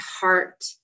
heart